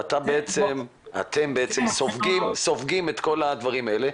ואתם סופגים את כל הדברים האלה,